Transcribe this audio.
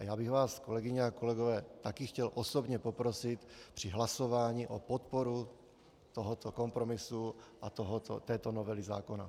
A já bych vás, kolegyně a kolegové, také chtěl osobně poprosit při hlasování o podporu tohoto kompromisu a této novely zákona.